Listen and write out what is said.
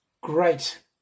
great